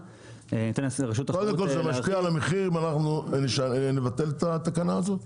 קודם כל זה משפיע על המחיר אם אנחנו נבטל את התקנה הזאת?